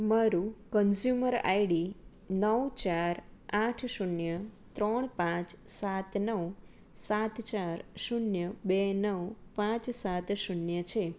મારું consumer ID નવ ચાર આઠ શૂન્ય ત્રણ પાંચ સાત નવ સાત ચાર શૂન્ય બે નવ પાંચ સાત શૂન્ય છે